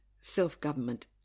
self-government